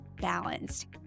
balanced